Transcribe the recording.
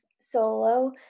solo